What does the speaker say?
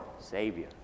Savior